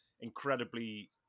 incredibly